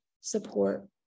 support